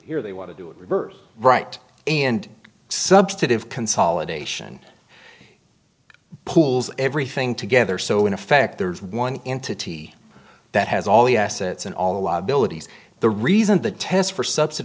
here they want to do it reverse right and substantive consolidation pools everything together so in effect there's one entity that has all the assets and all the abilities the reason the test for subs